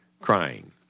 crying